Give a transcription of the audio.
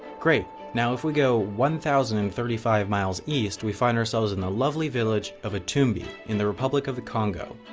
great, now if we go one thousand and thirty five miles east we find ourselves in the lovely village of etoumbi, in the republic of the congo.